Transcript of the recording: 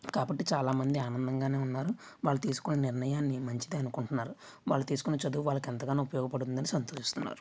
కాబట్టి చాలామంది ఆనందంగానే ఉన్నారు వాళ్ళు తీసుకొన్న నిర్ణయాన్ని మంచిదే అనుకుంటున్నారు వాళ్ళు తీసుకున్న చదువు వాళ్ళకి ఎంతగానో ఉపయోగపడుతుందని సంతోషిస్తున్నారు